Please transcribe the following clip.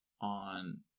on